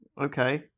Okay